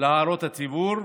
להערות הציבור,